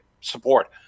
support